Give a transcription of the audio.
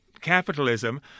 capitalism